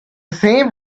same